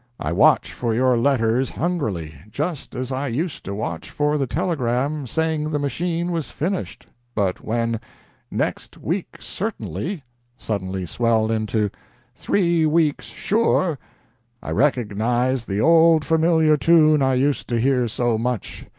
i watch for your letters hungrily just as i used to watch for the telegram saying the machine was finished but when next week certainly suddenly swelled into three weeks sure i recognized the old familiar tune i used to hear so much.